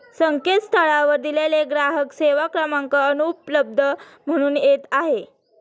संकेतस्थळावर दिलेला ग्राहक सेवा क्रमांक अनुपलब्ध म्हणून येत आहे